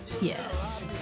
Yes